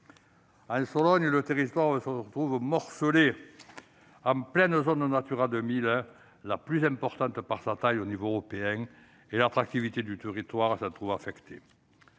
En Sologne, le territoire se trouve morcelé, en pleine zone Natura 2000, la plus importante par sa taille au niveau européen, et l'attractivité du territoire s'en voit affectée.